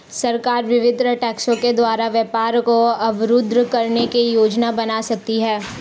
सरकार विभिन्न टैक्सों के द्वारा व्यापार को अवरुद्ध करने की योजना बना सकती है